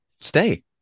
stay